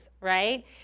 right